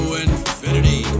infinity